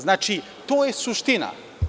Znači, to je suština.